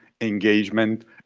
engagement